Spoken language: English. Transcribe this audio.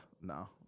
No